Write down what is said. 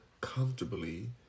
comfortably